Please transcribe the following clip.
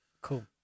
Cool